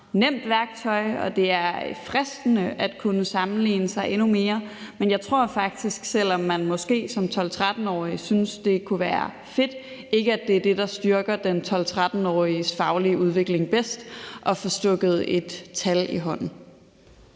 nemt værktøj, og at det er fristende at kunne sammenligne sig endnu mere. Men jeg tror faktisk, selv om man måske som 12-13-årig synes, det kunne være fedt, ikke, at det er det, der styrker den 12-13-åriges faglige udvikling bedst at få stukket et tal i hånden.